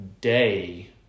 day